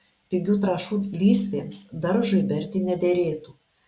pigių trąšų lysvėms daržui berti nederėtų